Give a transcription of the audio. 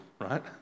right